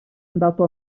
andato